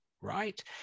right